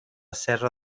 serra